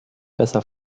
besser